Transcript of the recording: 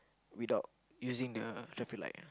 without using the traffic light